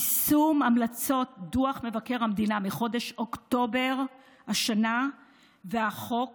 יישום המלצות דוח מבקר המדינה מחודש אוקטובר השנה והחוק